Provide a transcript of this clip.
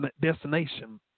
destination